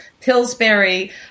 Pillsbury